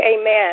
amen